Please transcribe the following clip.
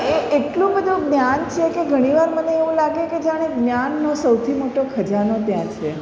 અને એ એટલું બધું જ્ઞાન છે કે ઘણીવાર મને એવું લાગે કે જાણે જ્ઞાનનો સૌથી મોટો ખજાનો ત્યાં છે